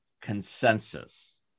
consensus